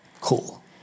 Cool